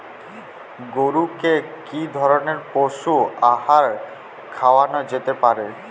গরু কে কি ধরনের পশু আহার খাওয়ানো যেতে পারে?